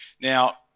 Now